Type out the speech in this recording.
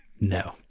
No